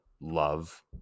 love